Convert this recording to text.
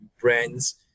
brands